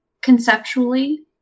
conceptually